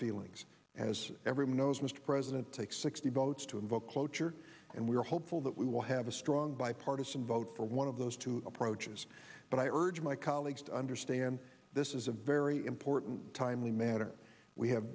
feelings as everyone knows mr president takes sixty votes to invoke cloture and we are hopeful that we will have a strong bipartisan vote for one of those two approaches but i urge my colleagues to understand this is a very important timely matter we have